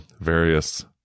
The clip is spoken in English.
various